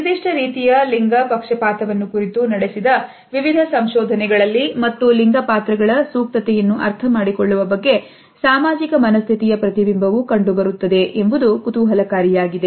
ನಿರ್ದಿಷ್ಟ ರೀತಿಯ ಲಿಂಗ ಪಕ್ಷಪಾತವನ್ನು ಕುರಿತು ನಡೆಸಿದ ವಿವಿಧ ಸಂಶೋಧನೆಗಳಲ್ಲಿ ಮತ್ತು ಲಿಂಗ ಪಾತ್ರಗಳ ಸೂಕ್ತತೆಯನ್ನು ಅರ್ಥಮಾಡಿಕೊಳ್ಳುವ ಬಗ್ಗೆ ಸಾಮಾಜಿಕ ಮನಸ್ಥಿತಿಯ ಪ್ರತಿಬಿಂಬವು ಕಂಡುಬರುತ್ತದೆ ಎಂಬುದು ಕುತೂಹಲಕಾರಿಯಾಗಿದೆ